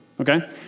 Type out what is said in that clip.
Okay